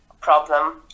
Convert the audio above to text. problem